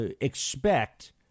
expect